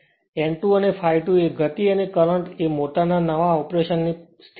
જ્યારે n2 અને ∅2 એ ગતિ અને કરંટ એ મોટરના નવા ઓપરેશનની ની સ્થિતિ છે